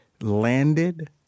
landed